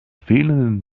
fehlenden